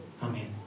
Amen